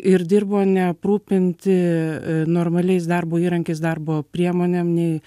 ir dirbo neaprūpinti normaliais darbo įrankiais darbo priemonėm nei